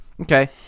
okay